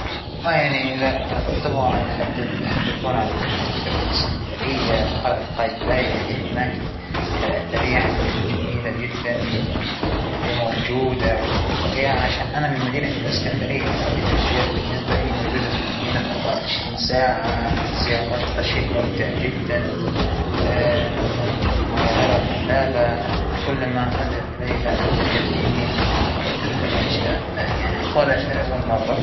آخر محل رحته كان مكة، أعتمرت الله يتقبلها وإن شاء الله بكررها دائماً، ما بيجعلها آخر عمرة لإلى، طبعاً ما فينى أحكى عن كم مرة حول الهدوء والسكينة إلوا تشعر فيها بمجرد دخولك ال- الحرم المكى، الله يكتبها لإلنا مرة ثانية.